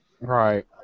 Right